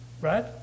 right